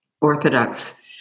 orthodox